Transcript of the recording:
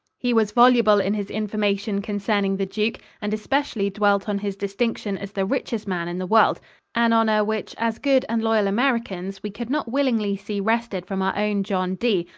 he was voluble in his information concerning the duke and especially dwelt on his distinction as the richest man in the world an honor which as good and loyal americans we could not willingly see wrested from our own john d.